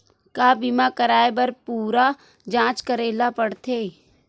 का बीमा कराए बर पूरा जांच करेला पड़थे?